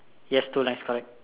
yes two line correct